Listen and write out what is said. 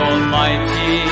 Almighty